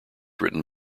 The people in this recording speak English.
written